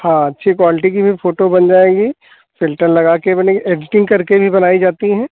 हाँ अच्छी क्वाल्टी कि भी फोटो बन जाएगी फ़िल्टर लगा कर बनी एडिटिंग कर के भी बनाई जाती है